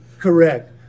Correct